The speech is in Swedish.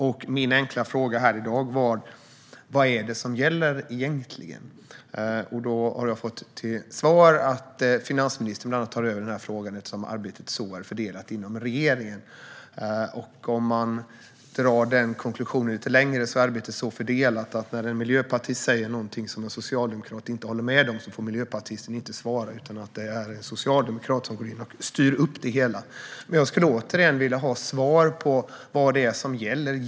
Min enkla fråga här i dag var: Vad är det som egentligen gäller? Då har jag bland annat fått till svar att finansministern tar över denna fråga eftersom arbetet är så fördelat inom regeringen. Om man drar denna konklusion lite längre är arbetet så fördelat att när en miljöpartist säger någonting som en socialdemokrat inte håller med om får miljöpartisten inte svara, utan det är en socialdemokrat som går in och styr upp det hela. Jag skulle återigen vilja ha svar på vad det är som gäller.